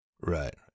Right